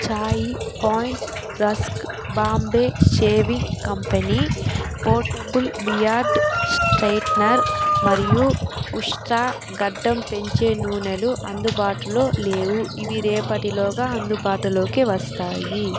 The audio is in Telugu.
చాయి Point rusk Bombay shaving company portable beard straightener మరియు ఉస్ట్రా గడ్డం పెంచే నూనెలు అందుబాటులో లేవు ఇవి రేపటి లోగా అందుబాటులోకి వస్తాయి